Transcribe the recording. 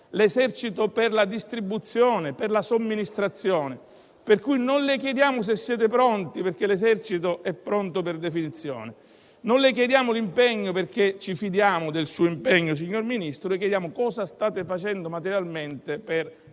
nonché per la distribuzione e la somministrazione del vaccino. Non le chiediamo se siete pronti, perché l'Esercito è pronto per definizione. Non le chiediamo l'impegno, perché ci fidiamo del suo impegno, signor Ministro. Le chiediamo cosa state facendo materialmente per